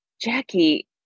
Jackie